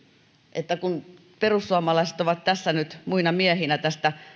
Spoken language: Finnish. että kun perussuomalaiset ovat nyt muina miehinä tästä